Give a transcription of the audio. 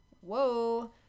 Whoa